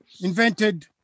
invented